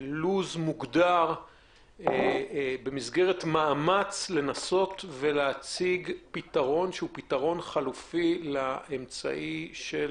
לו"ז מוגדר במסגרת המאמץ להציג פתרון חלופי לאיכון של